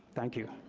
thank you.